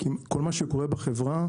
כל מה שקורה בחברה